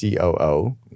COO